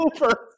over